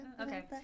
Okay